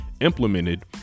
implemented